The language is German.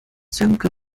sönke